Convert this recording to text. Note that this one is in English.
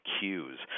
cues